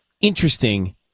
interesting